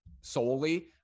solely